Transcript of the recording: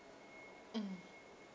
mm